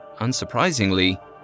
unsurprisingly